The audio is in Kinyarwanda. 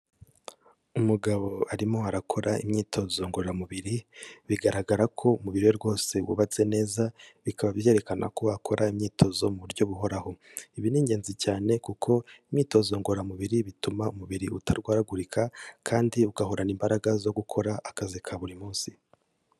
Umugabo arimo arakora imyitozo ngororamubiri, bigaragara ko umubiri we rwose wubatse neza, bikaba byerekana ko akora imyitozo mu buryo buhoraho. Ibi ni ingenzi cyane kuko imyitozo ngororamubiri bituma umubiri utarwaragurika kandi ugahorana imbaraga zo gukora akazi ka buri munsi.